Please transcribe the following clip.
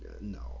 No